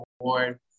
award